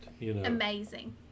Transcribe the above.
Amazing